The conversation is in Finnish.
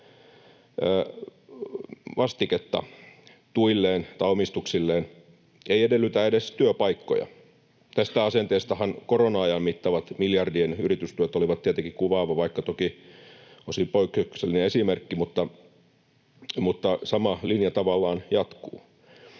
vastiketta tuilleen tai omistuksilleen, ei edellytä edes työpaikkoja. Tästä asenteestahan korona-ajan mittavat miljardien yritystuet olivat tietenkin kuvaava, vaikka toki osin poikkeuksellinen, esimerkki, mutta sama linja tavallaan jatkuu.